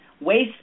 waste